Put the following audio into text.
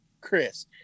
Chris